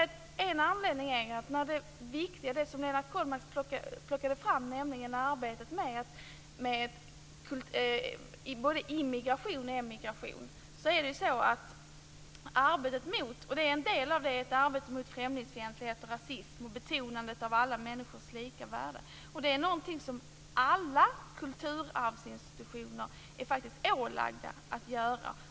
Det som Lennart Kollmats lyfte fram, nämligen arbetet med både immigration och emigration, är en del i arbetet mot främlingsfientlighet och rasism och betonandet av alla människors lika värde. Det är något som alla kulturarvsinstitutioner faktiskt är ålagda att göra.